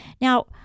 Now